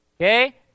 okay